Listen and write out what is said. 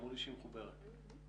בבקשה.